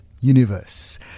universe